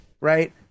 right